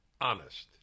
honest